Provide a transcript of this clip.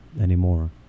anymore